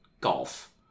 golf